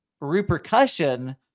repercussion